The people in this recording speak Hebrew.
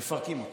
מפרקים אותה.